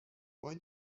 why